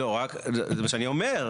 לא, זה מה שאני אומר.